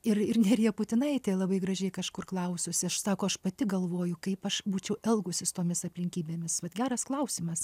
ir ir nerija putinaitė labai gražiai kažkur klaususi aš sako aš pati galvoju kaip aš būčiau elgusis tomis aplinkybėmis vat geras klausimas